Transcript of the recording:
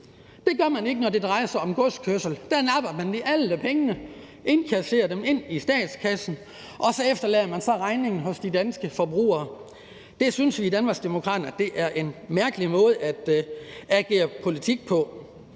Det gør man ikke, når det drejer sig om godskørsel. Der napper man lige alle pengene og indkasserer dem til statskassen, og så efterlader man regningen hos de danske forbrugere. Det synes vi i Danmarksdemokraterne er en mærkelig måde at føre politik på.